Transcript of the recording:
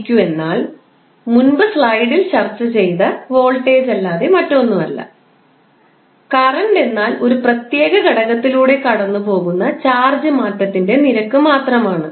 𝑑𝑤𝑑𝑞 എന്നാൽ മുൻപ് സ്ലൈഡിൽ ചർച്ച ചെയ്ത വോൾട്ടേജല്ലാതെ മറ്റൊന്നുമല്ല കറൻറ് എന്നാൽ ഒരു പ്രത്യേക ഘടകത്തിലൂടെ കടന്നുപോകുന്ന ചാർജ് മാറ്റത്തിന്റെ നിരക്ക് മാത്രമാണ്